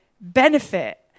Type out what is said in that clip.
benefit